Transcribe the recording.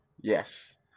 yes